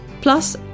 Plus